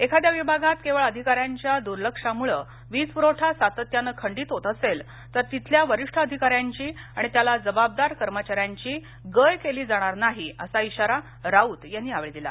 एखाद्या विभागात केवळ अधिकाऱ्यांच्या दुर्लक्षामुळं वीज पुरवठा सातत्यानं खंडित होत असेल तर तिथल्या वरिष्ठ अधिकाऱ्याची आणि त्याला जबाबदार कर्मचाऱ्यांची गय केली जाणार नाही असा इशारा राऊत यांनी यावेळी दिला